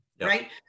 right